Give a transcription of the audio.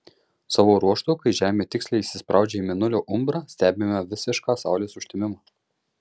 savo ruožtu kai žemė tiksliai įsispraudžia į mėnulio umbrą stebime visišką saulės užtemimą